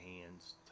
hands